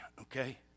okay